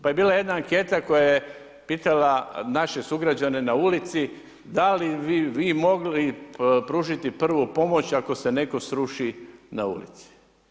Pa je bila jedna anketa koja je pitala naše sugrađane na ulici da li bi vi mogli pružiti prvu pomoć ako se netko sruši na ulici?